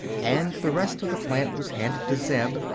and the rest of the plant was handed to zeb,